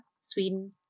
Sweden